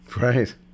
Right